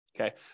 Okay